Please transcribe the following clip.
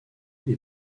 des